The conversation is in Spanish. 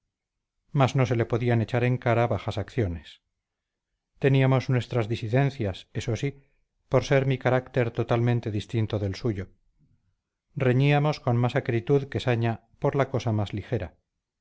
mas no se le podían echar en cara bajas acciones teníamos nuestras disidencias eso sí por ser mi carácter totalmente distinto del suyo reñíamos con más acritud que saña por la cosa más ligera